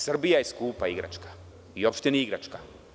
Srbija je skupa igračka i uopšte nije igračka.